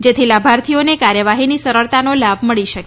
જેથી લાભાર્થીઓને કાર્યવાહીની સરળતાનો લાભ મળી શકે